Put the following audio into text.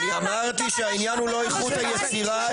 מה פתאום אנחנו -- העניין הוא לא איכות היצירה,